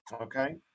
Okay